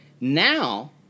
Now